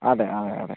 അതെ അതെ അതെ